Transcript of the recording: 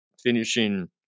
Finishing